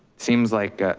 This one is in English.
seems like